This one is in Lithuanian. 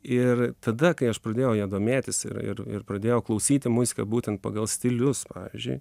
ir tada kai aš pradėjau ja domėtis ir ir ir pradėjau klausyti muziką būtent pagal stilius pavyzdžiui